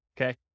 okay